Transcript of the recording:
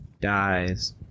dies